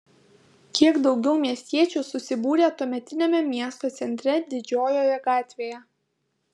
kiek daugiau miestiečių susibūrė tuometiniame miesto centre didžiojoje gatvėje